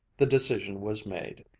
the decision was made,